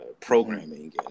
programming